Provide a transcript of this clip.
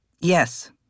Yes